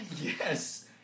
Yes